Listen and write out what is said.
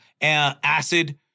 acid